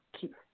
keep